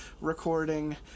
recording